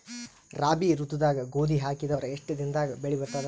ರಾಬಿ ಋತುದಾಗ ಗೋಧಿ ಹಾಕಿದರ ಎಷ್ಟ ದಿನದಾಗ ಬೆಳಿ ಬರತದ?